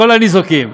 לכל הניזוקים.